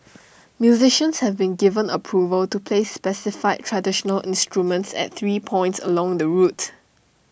musicians have been given approval to play specified traditional instruments at three points along the route